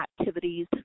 activities